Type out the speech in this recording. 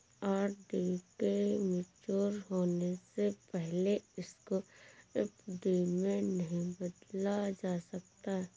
RD के mature होने से पहले इसको एफ.डी में नहीं बदला जा सकता